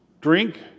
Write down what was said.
Drink